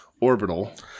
Orbital